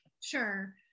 Sure